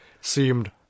seemed